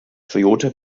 toyota